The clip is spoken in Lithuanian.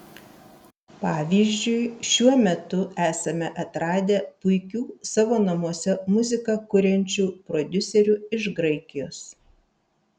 pavyzdžiui šiuo metu esame atradę puikių savo namuose muziką kuriančių prodiuserių iš graikijos